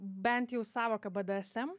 bent jau sąvoka bdsm